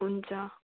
हुन्छ